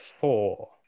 four